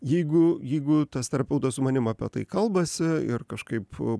jeigu jeigu tas terapeutas su manim apie tai kalbasi ir kažkaip